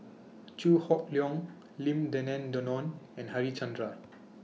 Chew Hock Leong Lim Denan Denon and Harichandra